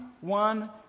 one